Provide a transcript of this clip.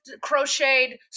crocheted